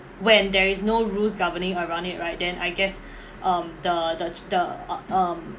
when there is no rules governing around it right then I guess um the the sh~ the um